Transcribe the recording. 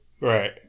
right